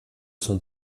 son